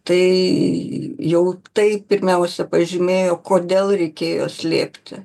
tai jau tai pirmiausia pažymėjo kodėl reikėjo slėpti